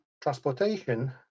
transportation